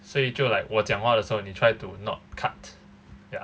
所以就 like 我讲话的时候你 try to not cut ya